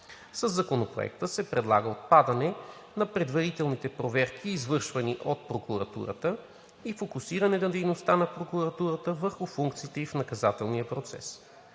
Със Законопроекта се предлага отпадане на предварителните проверки, извършвани от прокуратурата, и фокусиране на дейността на прокуратурата върху функциите ѝ в наказателния процес.